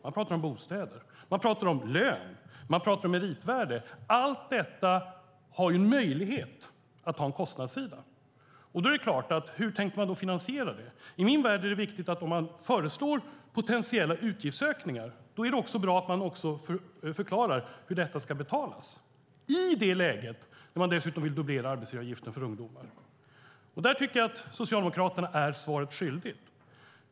Man talar om bostäder, man talar om lön, och man talar om meritvärde. Allt detta har en möjlighet att ha en kostnadssida. Hur tänker man då finansiera det? I min värld är det viktigt att om man föreslår potentiella utgiftsökningar är det också bra att man förklarar hur detta ska betalas i det läge då man dessutom vill dubblera arbetsgivaravgiften för ungdomar. Där tycker jag att Socialdemokraterna är svaret skyldiga.